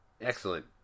Excellent